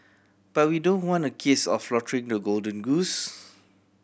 but we don't want a case of slaughtering the golden goose